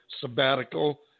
sabbatical